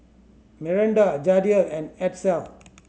Miranda Jadiel and Edsel